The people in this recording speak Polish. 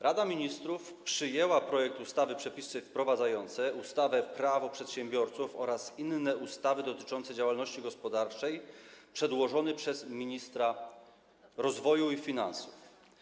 Rada Ministrów przyjęła projekt ustawy Przepisy wprowadzające ustawę Prawo przedsiębiorców oraz inne ustawy dotyczące działalności gospodarczej przedłożony przez ministra rozwoju i finansów.